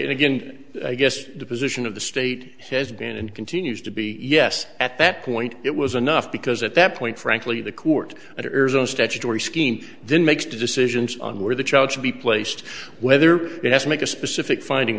again again i guess the position of the state has been and continues to be yes at that point it was enough because at that point frankly the court at arizona's statutory scheme then makes decisions on where the child should be placed whether it has to make a specific finding